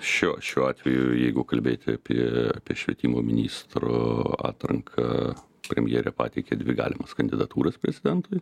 šiuo šiuo atveju jeigu kalbėti apie apie švietimo ministro atranką premjerė pateikė dvi galimas kandidatūras prezidentui